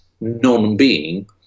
non-being